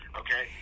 okay